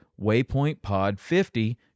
waypointpod50